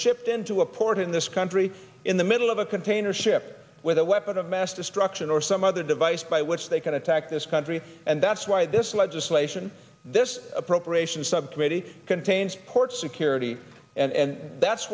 shipped into a port in this country in the middle of a container ship with a weapon of mass destruction or some other device by which they can attack this country and that's why this legislation this appropriations subcommittee contains port security and that's